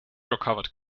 recovered